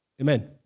Amen